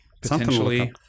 Potentially